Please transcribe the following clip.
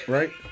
Right